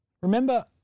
Remember